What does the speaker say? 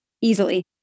easily